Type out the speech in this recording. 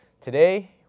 Today